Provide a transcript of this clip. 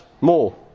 more